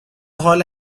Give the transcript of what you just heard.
حال